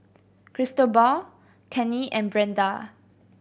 Cristobal Cannie and Brenda